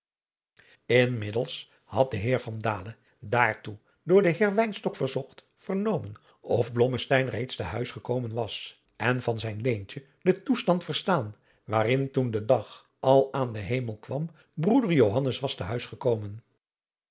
inmiddels had de heer van dalen daartoe door den heer wynstok verzocht vernomen of blommesteyn reeds te huis gekomen was en van zijn leentje den toestand verstaan waarin toen de dag al aan den hemel kwam broeder johannes was te huis gekomen